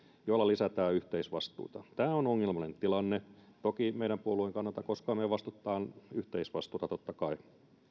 joilla lisätään yhteisvastuuta tämä on ongelmallinen tilanne toki meidän puolueemme kannalta koska me vastustamme yhteisvastuuta totta kai